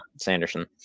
Sanderson